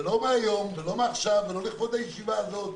ולא מהיום ולא מעכשיו ולא לכבוד הישיבה הזאת.